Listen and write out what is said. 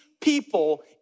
people